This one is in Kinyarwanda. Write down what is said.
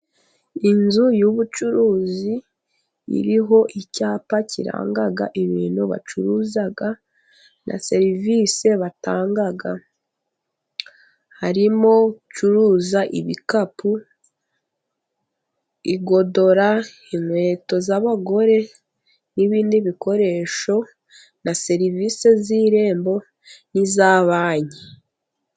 Inzu y'ubucuruzi iriho icyapa kiranga ibintu bacuruza na serivisi batanga, harimo gucuruza ibikapu, igodora, inkweto z'abagore n'ibindi bikoresho na serivisi z'irembo n'iza banki.